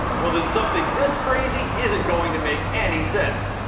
well then something this crazy isn't going to make any sense.